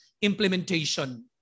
implementation